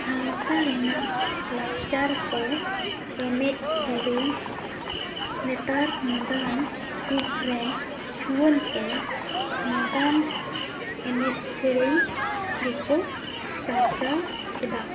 ᱥᱟᱶᱛᱟ ᱨᱮᱱᱟᱜ ᱞᱟᱠᱪᱟᱨ ᱠᱚ ᱮᱱᱮᱡ ᱥᱮᱨᱮᱧ ᱱᱮᱛᱟᱨ ᱢᱚᱰᱟᱨᱱ ᱡᱩᱜᱽ ᱨᱮᱱ ᱡᱩᱣᱟᱹᱱ ᱠᱚ ᱢᱚᱰᱟᱨᱱ ᱮᱱᱮᱡ ᱥᱮᱨᱮᱧ ᱜᱮ ᱠᱚ ᱪᱟᱨᱪᱟ ᱮᱫᱟ